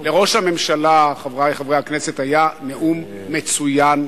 חברי חברי הכנסת, לראש הממשלה היה נאום מצוין